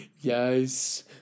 yes